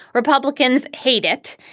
republicans hate it.